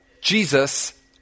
Jesus